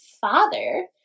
Father